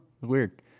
weird